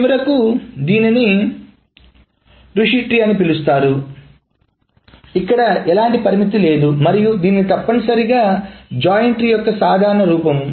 చివరకు దీనిని bushy tree అని పిలుస్తారు ఇక్కడ ఎలాంటి పరిమితి లేదు మరియు ఇది తప్పనిసరిగా జాయిన్ ట్రీ యొక్క సాధారణ రూపం